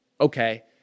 okay